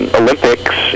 olympics